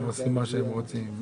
יצטרכו לפרסם צווי הפרטה נוספים,